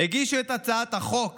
הגישו את הצעת החוק